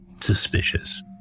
Suspicious